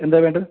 എന്താ വേണ്ടത്